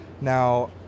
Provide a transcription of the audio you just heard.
Now